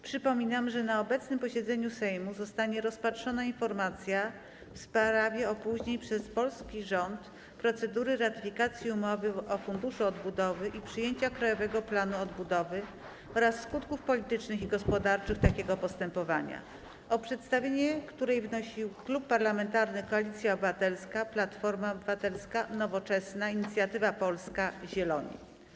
Przypominam, że na obecnym posiedzeniu Sejmu zostanie rozpatrzona informacja w sprawie opóźnień przez polski rząd procedury ratyfikacji umowy o Funduszu Odbudowy i przyjęcia Krajowego Planu Odbudowy oraz skutków politycznych i gospodarczych takiego postępowania, o przedstawienie której wnosił Klub Parlamentarny Koalicja Obywatelska - Platforma Obywatelska, Nowoczesna, Inicjatywa Polska, Zieloni.